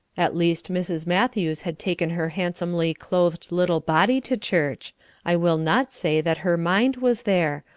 at least mrs. matthews had taken her handsomely clothed little body to church i will not say that her mind was there,